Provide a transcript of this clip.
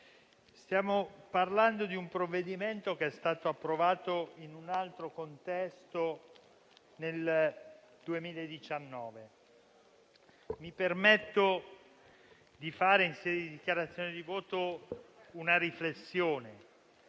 stiamo parlando di un provvedimento che è stato approvato in un altro contesto, nel 2019. Mi permetto di fare, in sede di dichiarazione di voto, una riflessione